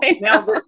now